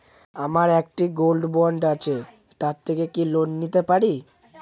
আমার একটি gold bond আছে তার থেকে কি লোন পেতে পারি?